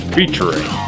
Featuring